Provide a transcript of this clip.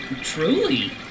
Truly